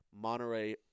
Monterey